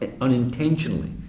unintentionally